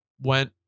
went